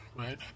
right